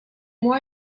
moi